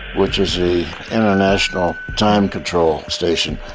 which is the international time control station,